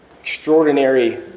extraordinary